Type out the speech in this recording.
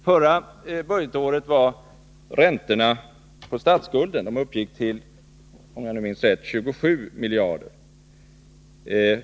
Förra budgetåret uppgick räntorna på statsskulden — om jag minns rätt — till 27 miljarder.